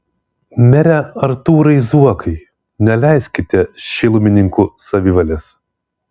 mere artūrai zuokai neleiskite šilumininkų savivalės